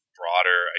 broader